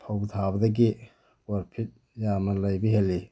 ꯐꯧ ꯊꯥꯕꯗꯒꯤ ꯄ꯭ꯔꯣꯐꯤꯠ ꯌꯥꯝꯅ ꯂꯩꯕ ꯍꯦꯜꯂꯤ